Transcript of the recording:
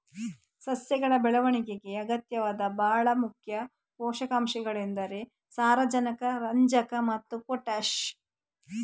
ಸಸ್ಯಗಳ ಬೆಳವಣಿಗೆಗೆ ಅಗತ್ಯವಾದ ಭಾಳ ಮುಖ್ಯ ಪೋಷಕಾಂಶಗಳೆಂದರೆ ಸಾರಜನಕ, ರಂಜಕ ಮತ್ತೆ ಪೊಟಾಷ್